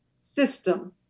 system